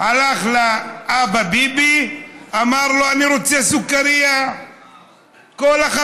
הלך לאבא ביבי ואמר לו: אני רוצה סוכרייה,